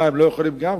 מה, הם לא יכולים גם?